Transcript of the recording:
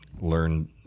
learn